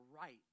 right